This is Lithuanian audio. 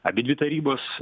abidvi tarybos